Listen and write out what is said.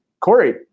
Corey